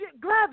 gloves